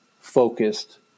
focused